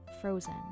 frozen